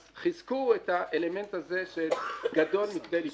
אז חיזקו את האלמנט הזה של גדול מכדי ליפול.